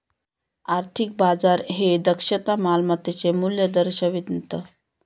आर्थिक बाजार हे दक्षता मालमत्तेचे मूल्य दर्शवितं